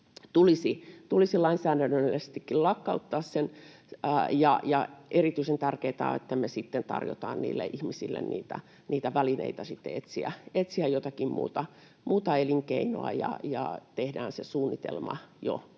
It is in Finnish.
tulisi lainsäädännöllisestikin lakkauttaa, ja erityisen tärkeätä on, että me sitten tarjotaan niille ihmisille välineitä etsiä jotakin muuta elinkeinoa ja tehdään se suunnitelma jo